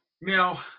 Now